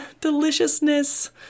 deliciousness